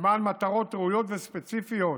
למען מטרות ראויות וספציפיות